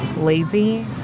lazy